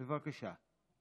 בבקשה.